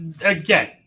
again